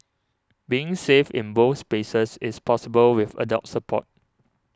being safe in both spaces is possible with adult support